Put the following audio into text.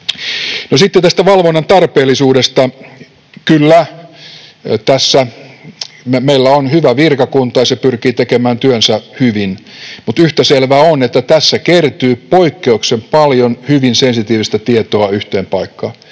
sitten tästä valvonnan tarpeellisuudesta. Kyllä, tässä meillä on hyvä virkakunta, ja se pyrkii tekemään työnsä hyvin, mutta yhtä selvää on, että tässä kertyy poikkeuksellisen paljon hyvin sensitiivistä tietoa yhteen paikkaan